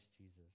Jesus